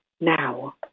now